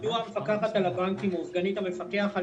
מדוע המפקחת על הבנקים או סגנית המפקח על